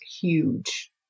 huge